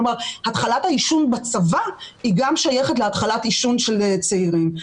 כלומר התחלת העישון בצבא היא גם שייכת להתחלת עישון של צעירים.